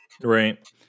Right